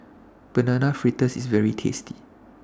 Banana Fritters IS very tasty